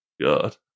God